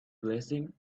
blessing